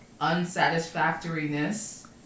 unsatisfactoriness